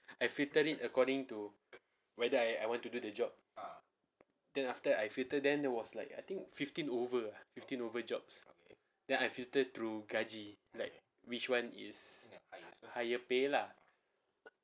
I filtered it according to whether I I want to do the job then after I filter then there was like I think fifteen over ah fifteen over jobs okay then I filtered through gaji like which one is higher pay lah